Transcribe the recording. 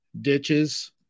ditches